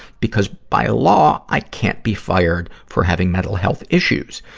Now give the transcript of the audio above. because by law i can't be fired for having mental health issues.